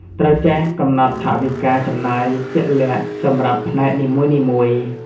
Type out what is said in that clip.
ត្រូវចេះកំណត់ថវិកាចំណាយជាក់លាក់សម្រាប់ផ្នែកនីមួយៗ។